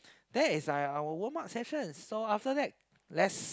that is I our warm up session so after that let's